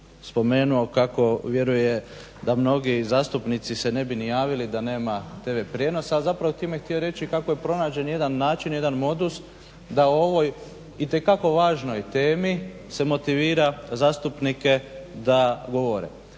spomenuo kako vjeruje da mnogi zastupnici se ne bi javili da nema tv prijenosa, a zapravo je time htio reći kako je pronađen jedan način, jedan modus da o ovoj itekako važnoj temi se motivira zastupnike da govore.